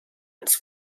ins